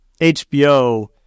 HBO